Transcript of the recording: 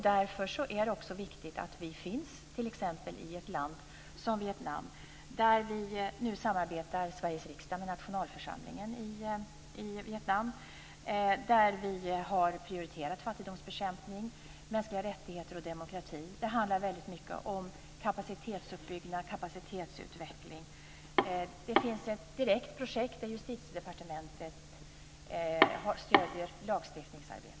Därför är det viktigt att vi finns t.ex. i ett land som Vietnam, med vars nationalförsamling Sveriges riksdag nu samarbetar och där vi har prioriterat fattigdomsbekämpning, mänskliga rättigheter och demokrati. Det handlar väldigt mycket om kapacitetsuppbyggnad och kapacitetsutveckling och det finns ett direkt projekt där Justitiedepartementet stöder lagstiftningsarbetet.